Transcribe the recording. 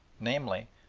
namely,